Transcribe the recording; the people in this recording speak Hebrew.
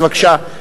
בבקשה,